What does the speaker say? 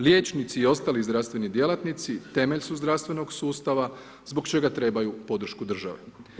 Liječnici i ostali zdravstveni djelatnici temelj su zdravstvenog sustava zbog čega trebaju podršku države.